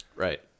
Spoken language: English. Right